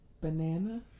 Banana